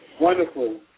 Wonderful